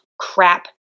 crap